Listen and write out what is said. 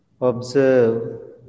Observe